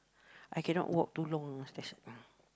I cannot walk too long on the stairs